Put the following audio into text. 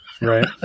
Right